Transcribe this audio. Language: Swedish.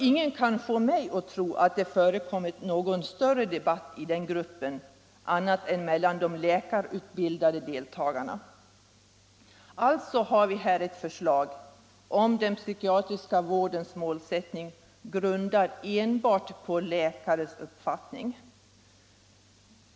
Ingen kan få mig att tro att det förekommit någon större diskussion i denna grupp annat än mellan de läkarutbildade deltagarna. 87 Alltså har vi här ett förslag om den psykiatriska vårdens målsättning, grundat enbart på läkares uppfattning.